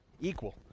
equal